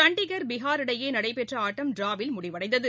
சண்டிகர் பீகார் இடையே நடைபெற்ற ஆட்டம் ட்டிராவில் முடிவடைந்தது